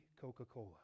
coca-cola